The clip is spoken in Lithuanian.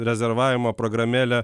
rezervavimo programėlė